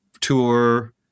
tour